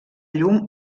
llum